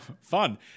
fun